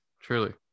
truly